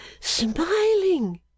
smiling